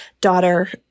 daughter